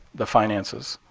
the finances.